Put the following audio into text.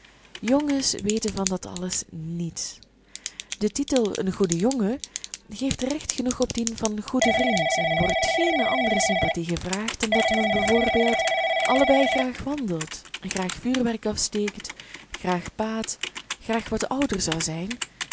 jongens weten van dat alles niets de titel een goede jongen geeft recht genoeg op dien van goeden vriend en er wordt geene andere sympathie gevraagd dan dat men b v allebei graag wandelt graag vuurwerk afsteekt graag baadt graag wat ouder zou zijn